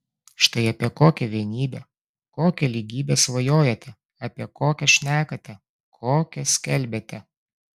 štai apie kokią vienybę kokią lygybę svajojate apie kokią šnekate kokią skelbiate